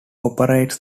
operates